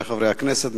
חברי חברי הכנסת,